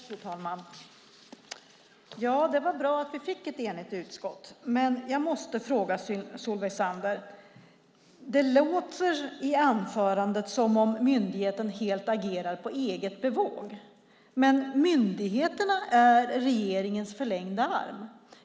Fru talman! Det var bra att vi fick ett enigt utskott, men jag måste fråga Solveig Zander en sak. Det låter i anförandet som om myndigheten agerar helt på eget bevåg. Men myndigheterna är ju regeringens förlängda arm.